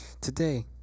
Today